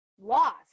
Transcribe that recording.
lost